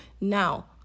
Now